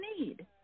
need